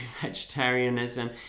vegetarianism